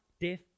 death